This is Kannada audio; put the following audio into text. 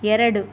ಎರಡು